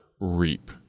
reap